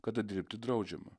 kada dirbti draudžiama